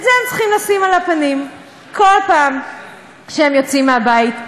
את זה הם צריכים לשים על הפנים כל פעם שהם יוצאים מהבית,